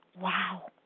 Wow